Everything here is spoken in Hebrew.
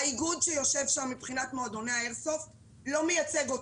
האיגוד שיושב שם מבחינת מועדוני האיירסופט לא מייצג אותי.